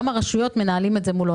גם הרשויות מנהלות את זה מולו.